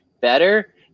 better